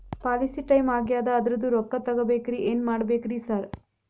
Policy time ಆಗ್ಯಾದ ಅದ್ರದು ರೊಕ್ಕ ತಗಬೇಕ್ರಿ ಏನ್ ಮಾಡ್ಬೇಕ್ ರಿ ಸಾರ್?